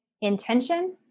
intention